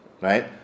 right